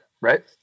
right